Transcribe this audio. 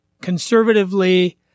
conservatively